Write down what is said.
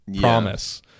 promise